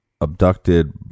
abducted